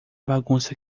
bagunça